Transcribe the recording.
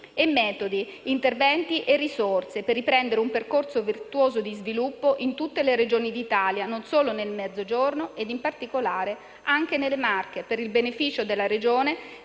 e metodi, interventi e risorse per riprendere un percorso virtuoso di sviluppo in tutte le Regioni d'Italia, non solo nel Mezzogiorno. Ciò vale in particolare anche nelle Marche, per il beneficio della Regione,